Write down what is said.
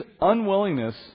unwillingness